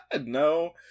No